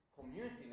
community